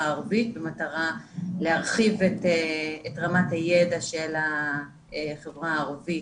הערבית במטרה להרחיב את רמת הידע של החברה הערבית,